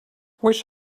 wish